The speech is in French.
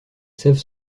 savent